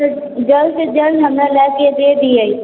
जल्द से जल्द हमरा लए कऽ दे दियै